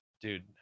dude